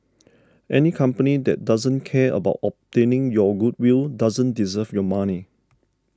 any company that doesn't care about obtaining your goodwill doesn't deserve your money